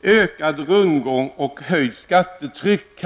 Denna finansiering kan betecknas med orden: Ökad rundgång och höjt skattetryck.